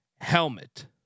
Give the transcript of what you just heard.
helmet